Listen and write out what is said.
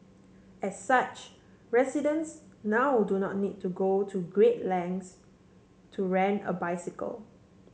as such residents now do not need to go to great lengths to rent a bicycle